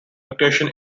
location